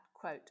quote